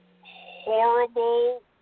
Horrible